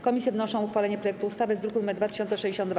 Komisje wnoszą o uchwalenie projektu ustawy z druku nr 2062.